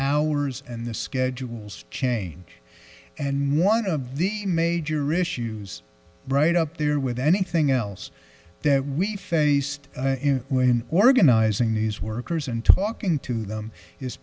hours and the schedules change and more one of the major issues right up there with anything else that we faced when organizing these workers and talking to them is